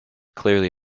clearly